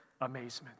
amazement